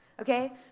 okay